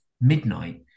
midnight